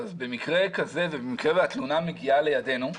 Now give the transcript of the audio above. במקרה והתלונה מגיעה לידינו,